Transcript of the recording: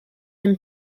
him